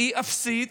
היא אפסית.